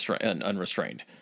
unrestrained